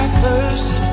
first